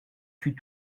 fut